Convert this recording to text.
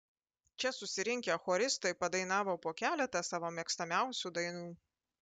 čia susirinkę choristai padainavo po keletą savo mėgstamiausių dainų